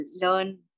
learn